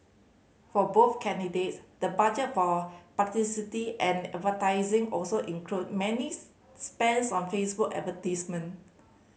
for both candidates the budget for publicity and advertising also included many spents on Facebook advertisement